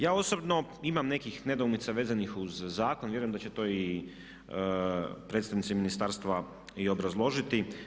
Ja osobno imam nekih nedoumica vezanih uz zakon, vjerujem da će to predstavnici ministarstva i obrazložiti.